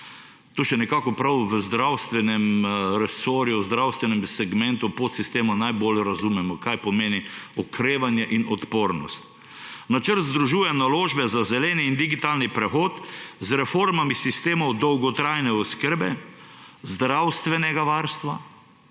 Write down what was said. To še nekako prav v zdravstvenem resorju, zdravstvenem segmentu, podsistemu najbolj razumemo, kaj pomeni okrevanje in odpornost. »Načrt združuje naložbe za zeleni in digitalni prehod z reformami sistemov dolgotrajne oskrbe, zdravstvenega varstva